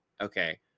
okay